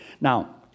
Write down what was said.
Now